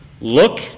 Look